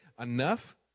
enough